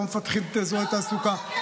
לא מפתחים את אזורי התעסוקה,